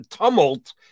tumult